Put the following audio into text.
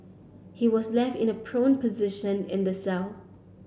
he was left in a prone position in the cell